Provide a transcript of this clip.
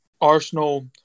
Arsenal –